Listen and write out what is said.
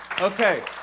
Okay